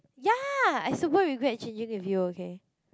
ya I super regret changing with you okay